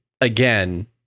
again